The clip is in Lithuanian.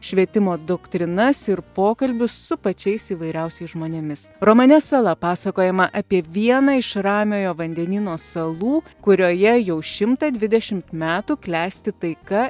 švietimo doktrinas ir pokalbius su pačiais įvairiausiais žmonėmis romane sala pasakojama apie vieną iš ramiojo vandenyno salų kurioje jau šimtą dvidešimt metų klesti taika